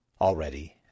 Already